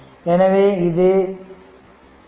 எனவே இது 0